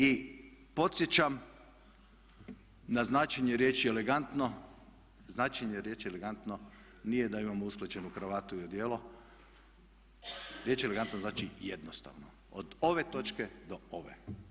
I podsjećam na značenje riječi elegantno, značenje riječi elegantno nije da imamo usklađenu kravatu i odijelo, riječ elegantno znači jednostavno od ove točke do ove.